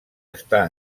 està